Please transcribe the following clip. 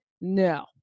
No